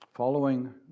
following